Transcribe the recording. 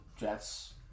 Jets